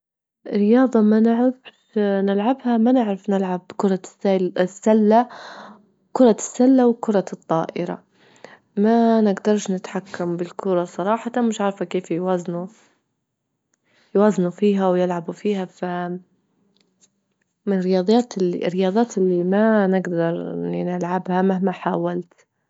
رياضة ما نعرفش نلعبها ما نعرف نلعب كرة الس- السلة، كرة السلة وكرة الطائرة ما نجدرش نتحكم بالكرة صراحة، مش عارفة كيف يوازنوا- يوازنوا فيها ويلعبوا فيها، فمن الرياضيات- الرياضات اللي ما- ما نجدر إن نلعبها مهما حاولت.